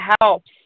helps